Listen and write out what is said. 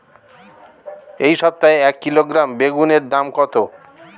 এই সপ্তাহে এক কিলোগ্রাম বেগুন এর দাম কত?